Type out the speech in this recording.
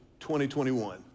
2021